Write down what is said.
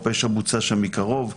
או פשע בוצע שם מקרוב,